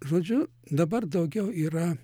žodžiu dabar daugiau yra